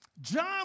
John